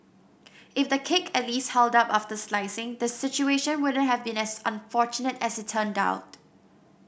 if the cake at least held up after slicing the situation wouldn't have been as unfortunate as it turned out